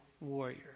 warrior